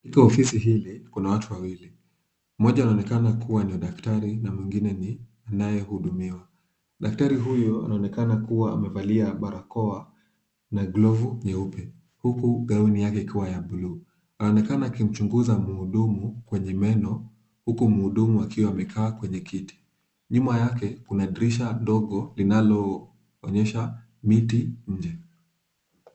Katika ofisi hili kuna watu wawili. Mmoja anaonekana kuwa ni daktari na mwingine ni anayehudumiwa. Daktari huyu anaonekana kuwa amevalia barakoa na glovu nyeupe huku gauni yake ikiwa ya buluu. Anaonekana akimchunguza mhudumu kwenye meno huku mhudumu akiwa amekaa kwenye kiti. Nyuma yake kuna dirisha dogo linaloonyesha miti nje.